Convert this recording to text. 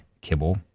kibble